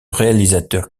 réalisateur